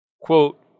quote